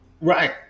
right